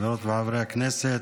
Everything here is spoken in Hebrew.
חברות וחברי הכנסת,